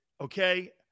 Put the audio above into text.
okay